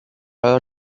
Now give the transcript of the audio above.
her